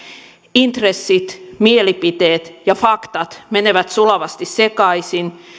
intressit mielipiteet ja faktat menevät sulavasti sekaisin